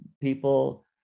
people